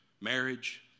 marriage